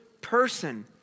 person